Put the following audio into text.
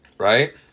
Right